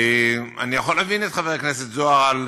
אני יכול להבין את חבר הכנסת זוהר על